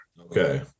Okay